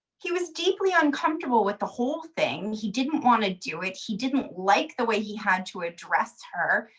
he was deeply uncomfortable with the whole thing. he didn't want to do it. he didn't like the way he had to address her.